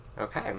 Okay